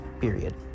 Period